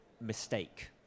mistake